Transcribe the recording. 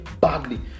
badly